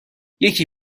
یکی